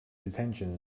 detention